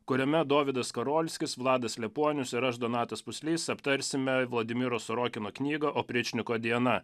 kuriame dovydas skarolskis vladas liepuonius ir aš donatas puslys aptarsime vladimiro sorokino knygą opričniko diena